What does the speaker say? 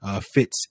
fits